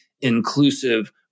inclusive